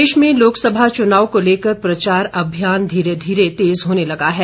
प्रचार अभियान प्रदेश में लोकसभा चुनाव को लेकर प्रचार अभियान धीरे धीरे तेज होने लगा है